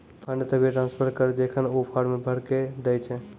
fund तभिये transfer करऽ जेखन ऊ फॉर्म भरऽ के दै छै